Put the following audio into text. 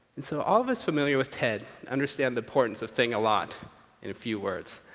and so all those familiar with ted understand the importance of saying a lot in a few words.